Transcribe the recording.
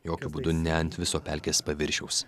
jokiu būdu ne ant viso pelkės paviršiaus